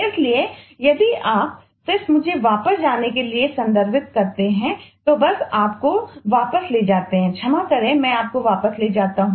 इसलिए यदि आप सिर्फ मुझे वापस जाने के लिए संदर्भित करते हैं तो बस आपको वापस ले जाते हैं क्षमा करें मैं आपको वापस ले जाता हूं